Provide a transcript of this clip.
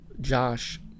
Josh